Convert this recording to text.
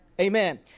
Amen